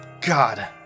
God